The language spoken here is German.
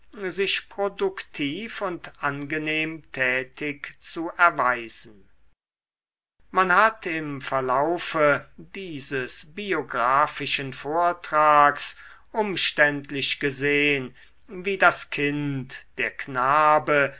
sich produktiv und angenehm tätig zu erweisen man hat im verlaufe dieses biographischen vortrags umständlich gesehn wie das kind der knabe